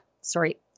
sorry